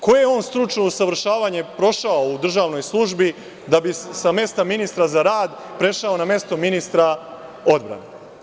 Koje je on stručno usavršavanje prošao u državnoj službi da bi sa mesta ministra za rad prešao na mesto ministra odbrane?